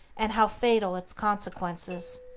and how fatal its consequences.